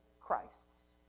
Christs